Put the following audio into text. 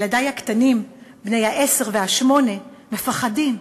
ילדי הקטנים, בני העשר והשמונה, מפחדים.